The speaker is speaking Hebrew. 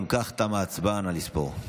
אם כך, תמה ההצבעה, נא לספור.